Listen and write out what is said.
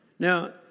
Now